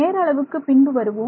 நேர அளவுக்கு பின்பு வருவோம்